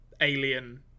alien